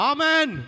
Amen